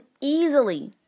easily